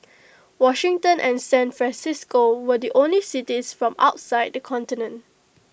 Washington and San Francisco were the only cities from outside the continent